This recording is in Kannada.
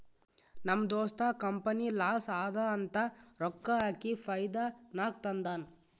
ನಮ್ ದೋಸ್ತ ಕಂಪನಿ ಲಾಸ್ ಅದಾ ಅಂತ ರೊಕ್ಕಾ ಹಾಕಿ ಫೈದಾ ನಾಗ್ ತಂದಾನ್